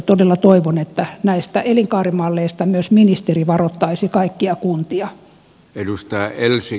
todella toivon että näistä elinkaarimalleista myös ministeri varoittaisi kaikkia kuntia